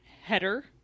header